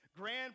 grand